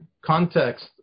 context